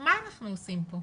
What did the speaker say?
אז מה אנחנו עושים פה?